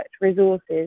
resources